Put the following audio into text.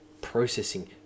processing